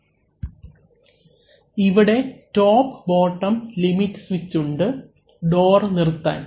അവലംബിക്കുന്ന സ്ലൈഡ് സമയം 2009 ഇവിടെ ടോപ് ബോട്ടം ലിമിറ്റ് സ്വിച്ച് ഉണ്ട് ഡോർ നിർത്താൻ